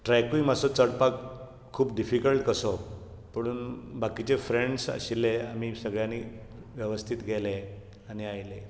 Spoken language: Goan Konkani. ट्रॅकूय मात्सो चडपाक खूब डिफीकल्ट कसो पूण बाकीचे फ्रेंड आशिल्ले आनी सगळ्यांनी वेवस्थित गेले आनी आयले